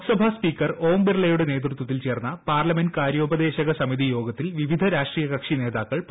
Lok Sabha speaker Om ബിർലയുടെ നേതൃത്വത്തിൽ ചേർന്ന പാർലമെന്റ് കാര്യോപദേശക സമിതി യോഗത്തിൽ വിവിധ രാഷ്ട്രീയ കക്ഷി നേതാക്കൾ പങ്കെടുത്തു